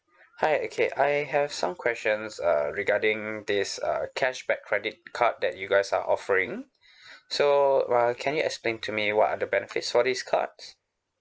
hi okay I have some questions uh regarding this uh cashback credit card that you guys are offering so uh can you explain to me what are the benefits for these cards